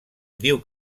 diu